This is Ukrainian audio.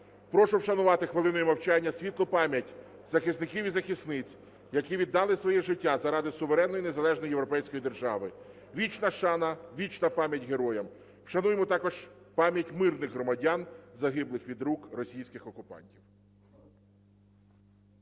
Прошу вшанувати хвилиною мовчання світлу пам'ять захисників і захисниць, які віддали своє життя заради суверенної незалежної європейської держави. Вічна шана, вічна пам'ять героям. Вшануємо також пам'ять мирних громадян загиблих від рук російських окупантів.